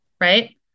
right